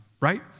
Right